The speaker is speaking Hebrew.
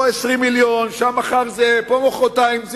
פה 20 מיליון, שם מחר זה, פה מחרתיים זה.